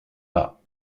pas